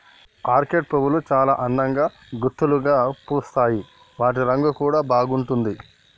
orchid పువ్వులు చాల అందంగా గుత్తులుగా పూస్తాయి వాటి రంగు కూడా బాగుంటుంది